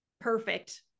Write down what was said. perfect